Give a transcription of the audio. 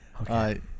Okay